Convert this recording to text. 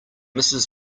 mrs